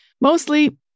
mostly